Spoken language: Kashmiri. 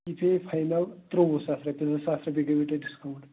یہِ پیٚیہِ فاینَل ترٛۆوُہ ساس رۄپیہِ زٕ ساس رۄپیہِ گٔیوٕ تۄہہِ ڈِسکاوُنٛٹ